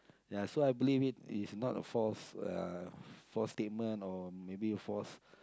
ya so I believe it is not a false uh false statement or maybe a false